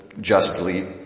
justly